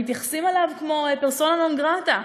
מתייחסים אליו כמו אל פרסונה נון-גרטה,